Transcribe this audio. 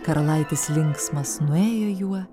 karalaitis linksmas nuėjo juo